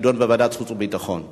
החוץ והביטחון נתקבלה.